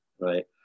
right